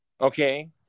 okay